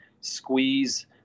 squeeze